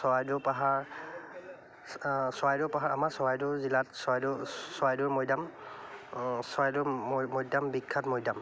চৰাইদেউ পাহাৰ চৰাইদেউ পাহাৰ আমাৰ চৰাইদেউ জিলাত চৰাইদেউ চৰাইদেউ মৈদাম চৰাইদেউ মৈদাম বিখ্যাত মৈদাম